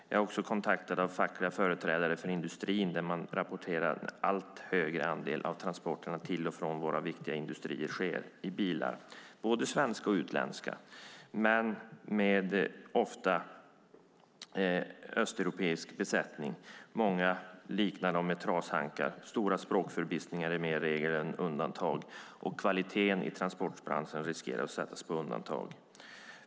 Jag har också blivit kontaktad av fackliga företrädare för industrin där man rapporterar att en allt större andel av transporterna till och från våra viktiga industrier sker med bilar, både svenska och utländska, men ofta med östeuropeisk besättning. Många liknar dem vid trashankar, och språkförbistring är mer regel än undantag. Kvaliteten i transportbranschen riskerar att sättas på undantag.